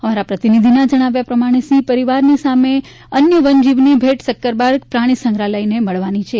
અમારા પ્રતિનિધિના જણાવ્યા પ્રમાણે સિંહ પરિવારની સામે અન્ય વન્ય જીવની ભેટ સક્કરબાગ પ્રાણીસંત્રહાલયને મળવાની છે